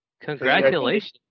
Congratulations